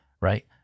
right